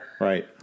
Right